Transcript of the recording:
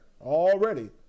already